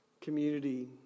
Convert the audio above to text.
community